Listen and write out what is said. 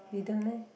didn't meh